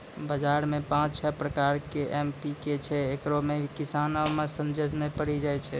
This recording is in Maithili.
बाजार मे पाँच छह प्रकार के एम.पी.के छैय, इकरो मे किसान असमंजस मे पड़ी जाय छैय?